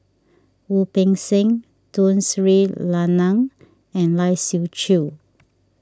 Wu Peng Seng Tun Sri Lanang and Lai Siu Chiu